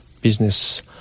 business